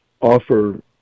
offer